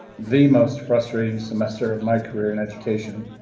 the most frustrating semester of my career in education.